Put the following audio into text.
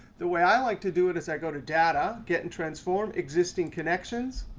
the way i like to do it is i go to data, get in transform, existing connections.